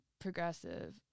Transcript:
progressive